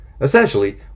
Essentially